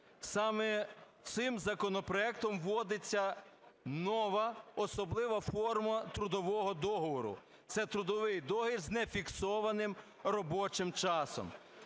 Саме цим законопроектом вводиться нова особлива форма трудового договору, це трудовий договір з нефіксованим робочим часом,